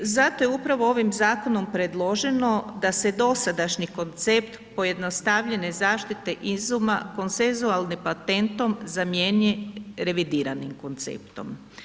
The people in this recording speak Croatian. Zato je upravo ovim zakonom predloženo da se dosadašnji koncept pojednostavljene zaštite izuma konsenzualnim patentom zamijeni revidiranim konceptom.